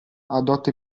adotta